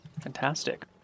Fantastic